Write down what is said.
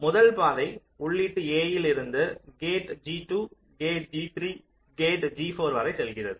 முதல் பாதை உள்ளீட்டு a ல் இருந்து gate G2 gate G3 gate G4 வரை செல்கிறது